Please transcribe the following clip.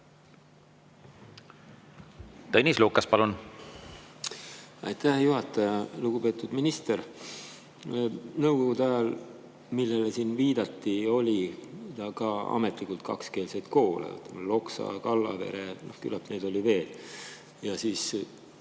Tõnis Lukas, palun! Aitäh, juhataja! Lugupeetud minister! Nõukogude ajal, millele siin viidati, oli ka ametlikult kakskeelseid koole: Loksa, Kallavere, küllap neid oli veel. Ja need